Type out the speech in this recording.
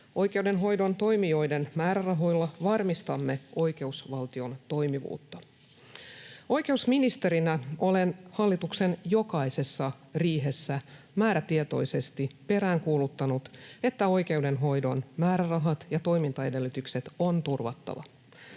Oikeudenhoidon toimijoiden määrärahoilla varmistamme oikeusvaltion toimivuutta. Oikeusministerinä olen hallituksen jokaisessa riihessä määrätietoisesti peräänkuuluttanut, että oikeudenhoidon määrärahat ja toimintaedellytykset on turvattava.